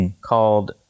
called